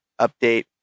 update